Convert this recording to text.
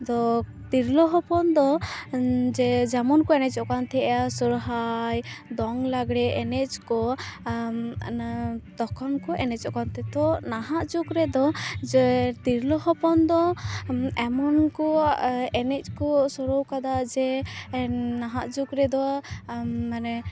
ᱫᱚ ᱛᱤᱨᱞᱟᱹ ᱦᱚᱯᱚᱱ ᱫᱚ ᱡᱮ ᱡᱮᱢᱚᱱ ᱠᱚ ᱮᱱᱮᱡᱚᱜ ᱠᱟᱱ ᱛᱟᱦᱮᱜᱼᱟ ᱥᱚᱨᱦᱟᱭ ᱫᱚᱝ ᱞᱟᱜᱽᱲᱮ ᱮᱱᱮᱡ ᱠᱚ ᱚᱱᱟ ᱛᱚᱠᱷᱚᱱ ᱠᱚ ᱮᱱᱮᱡᱚᱜ ᱠᱟᱱ ᱛᱚ ᱱᱟᱦᱟᱜ ᱡᱩᱜᱽ ᱨᱮᱫᱚ ᱡᱮ ᱛᱤᱨᱞᱟᱹ ᱦᱚᱯᱚᱱ ᱫᱚ ᱮᱢᱚᱱ ᱠᱚ ᱮᱱᱮᱡ ᱠᱚ ᱥᱩᱨᱩ ᱟᱠᱟᱫᱟ ᱡᱮ ᱱᱟᱦᱟᱜ ᱡᱩᱜ ᱨᱮᱫᱚ ᱢᱟᱱᱮ